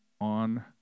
on